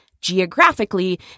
geographically